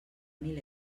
mil